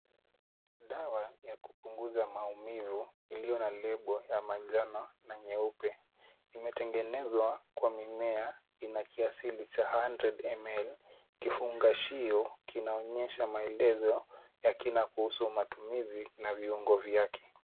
Dawa ya kupunguza maumivu iliyo na lebo ya manjano na nyeupe. Imetengenezwa kwa mimea, ina kiasili cha hundred ml , kifungashio kinaonyesha maelezo ya kina kuhusu matumizi na viungo vyake.